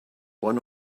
one